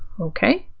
okay.